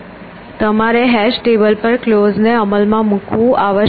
તમારે hash table પર clause ને અમલમાં મૂકવું આવશ્યક છે